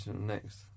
next